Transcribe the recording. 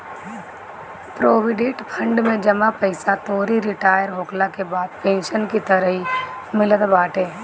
provident fund में जमा पईसा तोहरी रिटायर होखला के बाद पेंशन के तरही मिलत बाटे